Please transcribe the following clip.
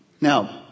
Now